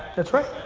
that's right.